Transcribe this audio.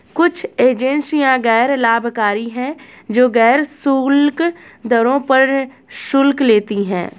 कुछ एजेंसियां गैर लाभकारी हैं, जो गैर शुल्क दरों पर शुल्क लेती हैं